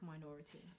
minority